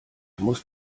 musst